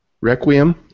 Requiem